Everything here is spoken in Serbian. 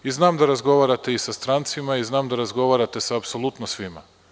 I znam da razgovarate i sa strancima i znam da razgovarate sa apsolutno svima.